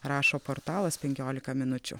rašo portalas penkiolika minučių